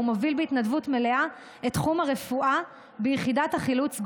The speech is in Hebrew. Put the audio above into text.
והוא מוביל בהתנדבות מלאה את תחום הרפואה ביחידת החילוץ גולן.